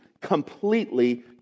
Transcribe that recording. completely